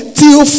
till